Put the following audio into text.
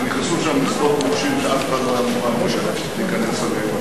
נכנסו שם לשדות מוקשים שאף אחד לא היה מוכן להיכנס אליהם.